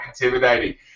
intimidating